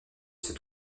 ses